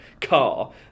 car